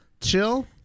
Chill